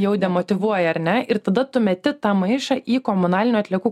jau demotyvuoja ar ne ir tada tu meti tą maišą į komunalinių atliekų